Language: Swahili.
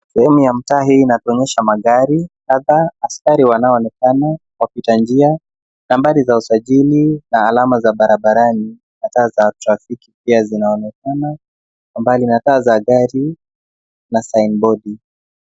Sehemu ya mtaa hii inatuonyesha mandhari hapa , askari wanaoonekana , wapita njia , nambari za usajili na alama za barabarani ata za trafiki pia zinaonekana pamoja na taa za gari na saini bodi.